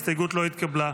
ההסתייגות לא התקבלה.